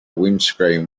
windscreen